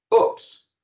oops